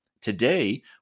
Today